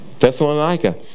Thessalonica